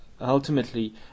ultimately